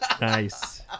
Nice